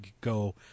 go